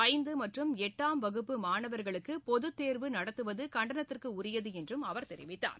ஐந்து மற்றும் எட்டாம் வகுப்பு மாணவர்களுக்கு பொதுத்தோ்வு நடத்துவது கண்டனத்துக்குியது என்றும் அவர் தெரிவித்தார்